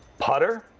putter?